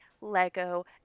Lego